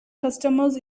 customers